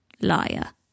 Liar